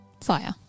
fire